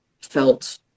felt